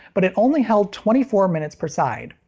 but it only held twenty four minutes per side.